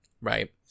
Right